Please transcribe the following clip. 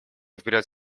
вперед